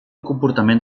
comportament